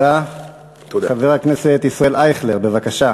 חבר הכנסת ישראל אייכלר, בבקשה.